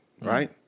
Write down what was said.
right